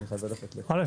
--- א',